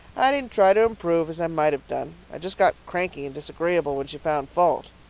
i didn't try to improve as i might have done. i just got cranky and disagreeable when she found fault.